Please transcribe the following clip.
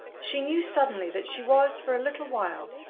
she knew suddenly that she was, for a little while,